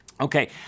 Okay